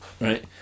right